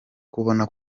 kubona